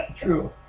true